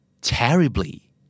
Terribly